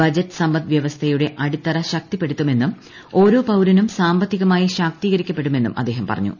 budget സമ്പദ്വൃവസ്ഥയുടെ അടിത്തറ ശക്തിപ്പെടുത്തുമെന്നും ഓരോ പൌരനും സാമ്പത്തികമായി ശാക്തീകരിക്കപ്പെടുമെന്നും അദ്ദേഹം പറഞ്ഞു